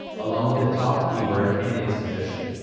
along with the top keyword and its position.